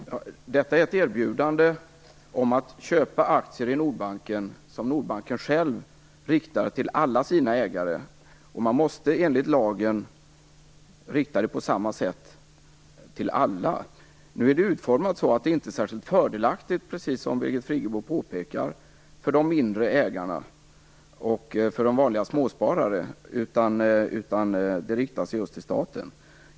Fru talman! Detta är ett erbjudande om att köpa aktier i Nordbanken som Nordbanken själv riktar till alla sina ägare. Man måste enligt lagen rikta det på samma sätt till alla. Nu är det utformat så att det inte är särskilt fördelaktigt, precis som Birgit Friggebo påpekar, för de mindre ägarna och vanliga småsparare, utan det riktar sig just till staten.